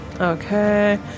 Okay